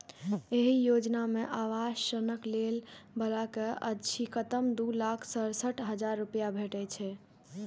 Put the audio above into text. एहि योजना मे आवास ऋणक लै बला कें अछिकतम दू लाख सड़सठ हजार रुपैया भेटै छै